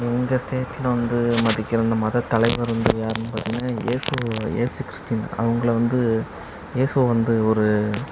எங்கள் ஸ்டேட்டில் வந்து மதிக்கிற இந்த மதத் தலைவர் வந்து யாருன்னு பார்த்தீங்கன்னா ஏசு ஏசு க்ரிஸ்டின் அவங்களை வந்து ஏசுவை வந்து ஒரு